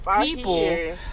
people